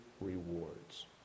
rewards